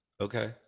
Okay